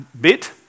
bit